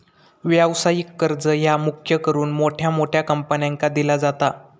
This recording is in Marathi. व्यवसायिक कर्ज ह्या मुख्य करून मोठ्या मोठ्या कंपन्यांका दिला जाता